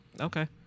Okay